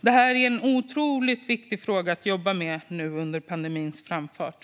Detta är en otroligt viktig fråga att jobba med nu under pandemins framfart.